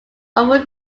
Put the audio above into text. over